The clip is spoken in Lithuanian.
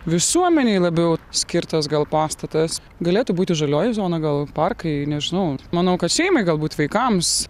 visuomenei labiau skirtas gal pastatas galėtų būti žalioji zona gal parkai nežinau manau kad šeimai galbūt vaikams